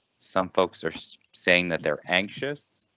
some folks are so saying that they are anxious.